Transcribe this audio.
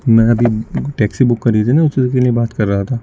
میں نے ابھی ٹیکسی بک کری تھی نا اسی کے لیے بات کر رہا تھا